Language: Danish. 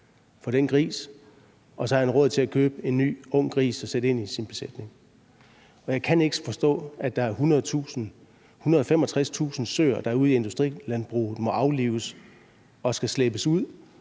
for den gris og have råd til at købe en ny, ung gris og sætte den ind i sin besætning. Jeg kan ikke forstå, at der er 165.000 søer, der ude i industrilandbruget må aflives og skal slæbes ud,